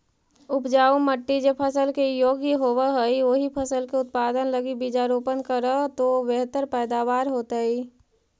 उपजाऊ मट्टी जे फसल के योग्य होवऽ हई, ओही फसल के उत्पादन लगी बीजारोपण करऽ तो बेहतर पैदावार होतइ